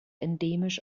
endemisch